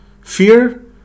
fear